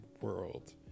world